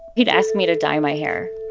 he'd ask me to dye my hair.